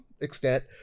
extent